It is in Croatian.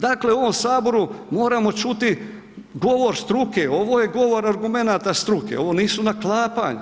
Dakle, u ovom saboru moramo čuti govor struke, ovo je govor argumenata struke, ovo nisu naklapanja.